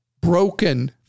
broken